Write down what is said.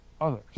others